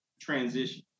transition